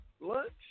lunch